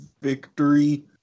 victory